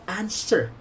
answer